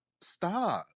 stop